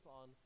on